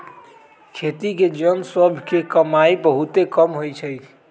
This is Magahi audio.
खेती के जन सभ के कमाइ बहुते कम होइ छइ